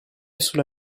sulla